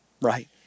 right